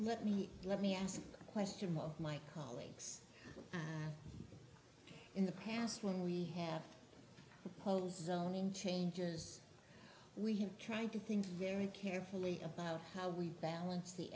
let me let me ask a question most of my colleagues in the past when we have polls done in changers we have tried to think very carefully about how we balance the